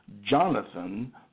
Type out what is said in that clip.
Jonathan